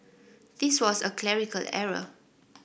this was a clerical error